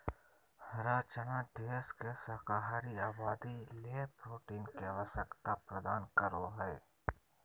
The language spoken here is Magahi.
हरा चना देश के शाकाहारी आबादी ले प्रोटीन के आवश्यकता प्रदान करो हइ